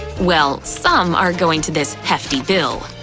well, some are going to this hefty bill.